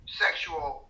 sexual